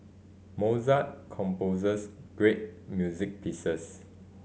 Mozart composes great music pieces